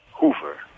Hoover